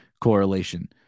correlation